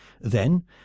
Then